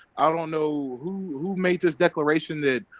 i don't know who who made this declaration that?